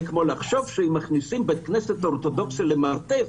זה כמו לחשוב שאם מכניסים בית כנסת אורתודוכסי למרתף